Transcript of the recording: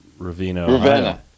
Ravenna